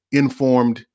informed